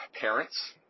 parents